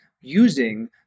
using